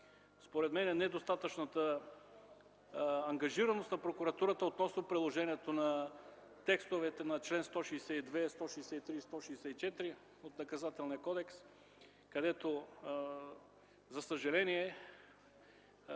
Поради недостатъчната ангажираност на прокуратурата относно приложението на текстовете на членове 162, 163 и 164 от Наказателния кодекс, където, от една